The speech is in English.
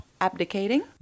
abdicating